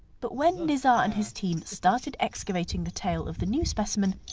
but when nizar and his team started excavating the tail of the new specimen,